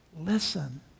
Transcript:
listen